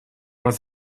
was